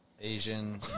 Asian